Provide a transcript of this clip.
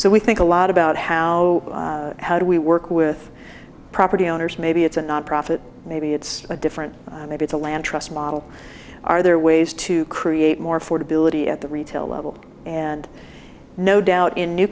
so we think a lot about how how do we work with property owners maybe it's a nonprofit maybe it's a different maybe the land trust model are there ways to create more for debility at the retail level and no doubt in new